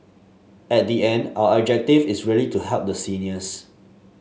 at the end our objective is really to help the seniors